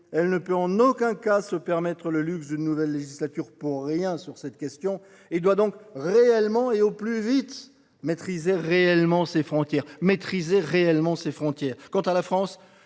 elle ne peut en aucun cas se permettre le luxe d'une nouvelle législature pour rien sur cette question ; elle doit donc au plus vite maîtriser réellement ses frontières. Quant à la France,